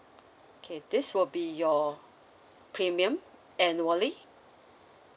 okay this will be your premium annually